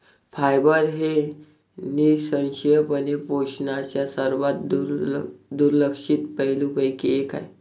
fibre हे निःसंशयपणे पोषणाच्या सर्वात दुर्लक्षित पैलूंपैकी एक आहे